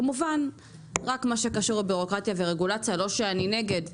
כמובן רק מה שקשור לבירוקרטיה ורגולציה - לא שאני נגד,